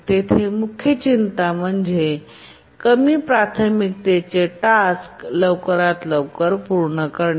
येथे मुख्य चिंता म्हणजे कमी प्राथमिकतेचे टास्क लवकरात लवकर पूर्ण करणे